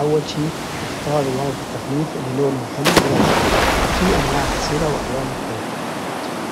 أول شي اختار ورق التغليف إللي لونه حلو ويعجبك، فيه أنواع كثيرة وألوان مختلفه،